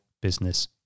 business